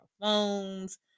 phones